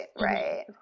right